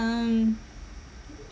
um